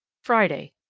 friday.